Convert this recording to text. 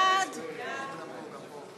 ההסתייגות של קבוצת סיעת המחנה הציוני (יעל